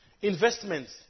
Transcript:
Investments